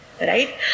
Right